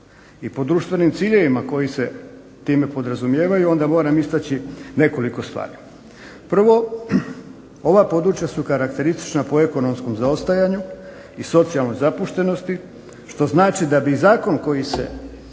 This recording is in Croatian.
i po društvenim ciljevima koji se time podrazumijevaju onda moram istaći nekoliko stvari. Prvo, ova područja su karakteristična po ekonomskom zaostajanju i socijalnoj zapuštenosti što znači da bi Zakon koji se